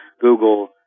Google